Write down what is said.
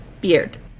beard